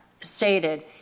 stated